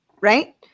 right